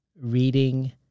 reading